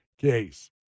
case